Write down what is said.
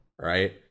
Right